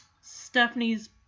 Stephanie's